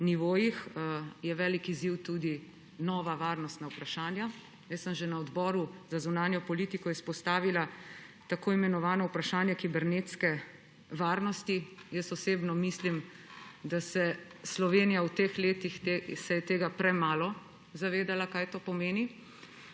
nivojih, velik izziv tudi nova varnostna vprašanja. Jaz sem že na Odboru za zunanjo politiko izpostavila tako imenovano vprašanje kibernetske varnosti. Jaz osebno mislim, da se je Slovenija v teh letih premalo zavedala, kaj to pomeni.